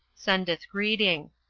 sendeth greeting.